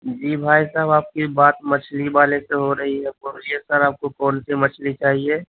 جی بھائی صاحب آپ کی بات مچھلی والے سے ہو رہی ہے بولیے سر آپ کو کون سی مچھلی چاہیے